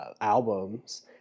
albums